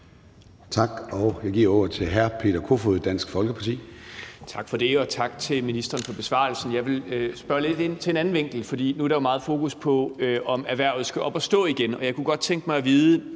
Tak og jeg giver ordet til hr. Peter Kofod, Dansk Folkeparti. Kl. 10:16 Peter Kofod (DF): Tak for det, og tak til ministeren for besvarelsen. Jeg vil spørge lidt ind til en anden vinkel, for nu er der jo meget fokus på, om erhvervet skal op at stå igen, og jeg kunne godt tænke mig at vide,